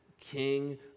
king